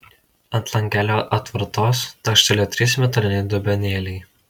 ant langelio atvartos takšteli trys metaliniai dubenėliai